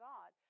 God